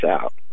out